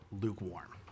lukewarm